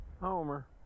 Homer